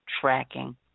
tracking